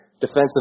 defensive